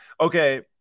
Okay